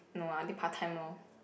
no ah did part time lor